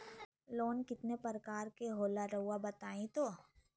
Loan कितने पारकर के होला रऊआ बताई तो?